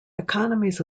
economies